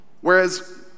whereas